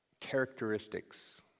characteristics